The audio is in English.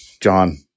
John